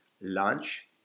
lunch